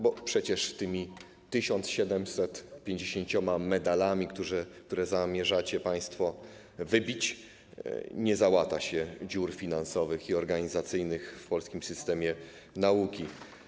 Bo przecież tymi 1750 medalami, które zamierzacie państwo wybić, nie załata się dziur finansowych i organizacyjnych w polskim systemie nauki.